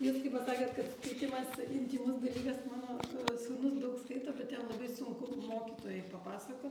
jūs kai pasakėt kad skaitymas intymus dalykas mano sūnus daug skaito bet jam labai sunku mokytojui papasakot